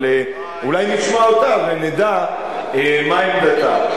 אבל אולי נשמע אותה ונדע מה עמדתה.